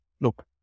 look